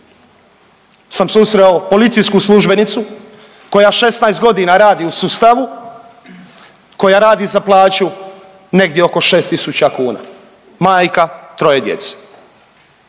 sam susreo policijsku službenicu koja 16 godina radi u sustavu, koja radi za plaću negdje oko 6000 kuna majka troje djece.